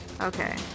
Okay